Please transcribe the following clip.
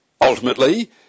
ultimately